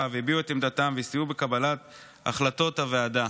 והביעו את עמדתם וסייעו בקבלת החלטות הוועדה.